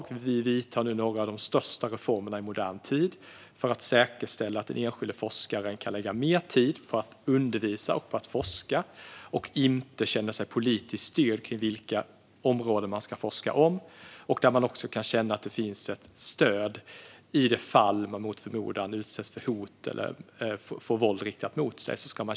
Vi genomför nu några av de största reformerna i modern tid för att säkerställa att den enskilde forskaren kan lägga mer tid på att undervisa och forska och inte känna sig politiskt styrd i fråga om vilka områden man ska forska om. Man ska känna att man får samhällets stöd i det fall man mot förmodan utsätts för hot eller får våld riktat mot sig.